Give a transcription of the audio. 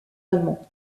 allemand